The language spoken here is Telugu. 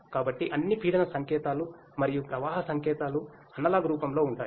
కాబట్టి అన్ని పీడన సంకేతాలు మరియు ప్రవాహ సంకేతాలు అనలాగ్ రూపంలో ఉంటాయి